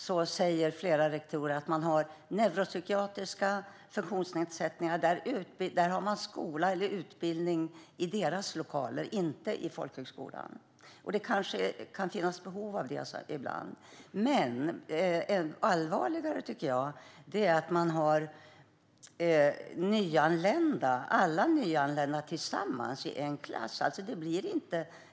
Där säger flera rektorer att de som har neuropsykiatriska funktionsnedsättningar går i skola eller deltar i utbildning i egna lokaler, inte i folkhögskolan. Det kanske kan finnas behov av detta ibland. Allvarligare tycker jag är att man har alla nyanlända tillsammans i en klass.